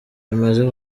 bimaze